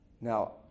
Now